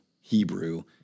Hebrew